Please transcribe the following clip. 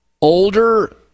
older